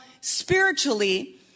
spiritually